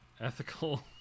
ethical